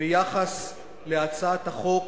ביחס להצעת החוק